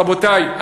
רבותי,